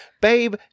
Babe